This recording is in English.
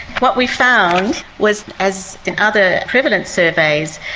what we found was, as in other prevalent surveys,